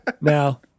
Now